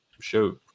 show